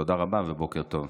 תודה רבה ובוקר טוב.